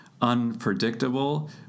unpredictable